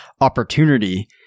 opportunity